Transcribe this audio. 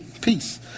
Peace